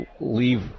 leave